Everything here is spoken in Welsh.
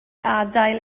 adael